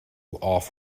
off